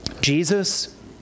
Jesus